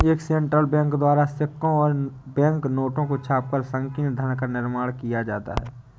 एक central bank द्वारा सिक्कों और बैंक नोटों को छापकर संकीर्ण धन का निर्माण किया जाता है